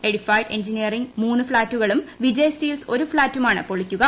Edifice engineering മൂന്ന് ഫ്ളാറ്റുകളും Vijay steels ഒരു ഫ്ളാറ്റുമാണ് പൊളിക്കുക